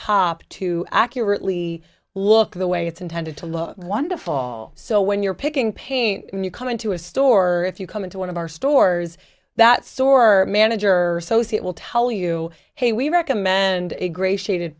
top to accurately look the way it's intended to look wonderful so when you're picking paint you come into a store if you come into one of our stores that sore manager sociate will tell you hey we recommend a gray shaded